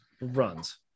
Runs